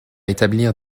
établir